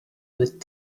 with